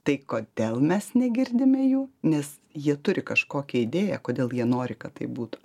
tai kodėl mes negirdime jų nes jie turi kažkokią idėją kodėl jie nori kad taip būtų